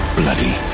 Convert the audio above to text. bloody